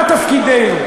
ומה תפקידנו,